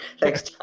Thanks